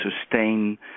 sustain